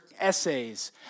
essays